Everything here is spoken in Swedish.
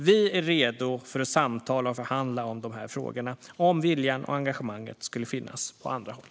Vi är redo för samtal och för att förhandla om de här frågorna om viljan och engagemanget skulle finnas på andra håll.